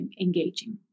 engaging